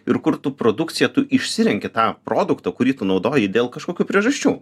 ir kur tu produkciją tu išsirenki tą produktą kurį tu naudoji dėl kažkokių priežasčių